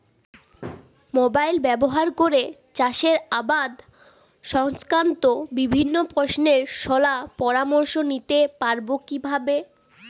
Mobile ব্যাবহার করে চাষের আবাদ সংক্রান্ত বিভিন্ন প্রশ্নের শলা পরামর্শ নিতে পারবো কিভাবে?